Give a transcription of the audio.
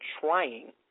trying